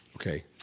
Okay